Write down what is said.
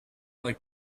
like